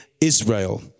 Israel